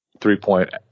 three-point